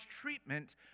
treatment